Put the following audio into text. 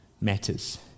matters